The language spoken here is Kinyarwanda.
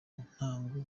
ntango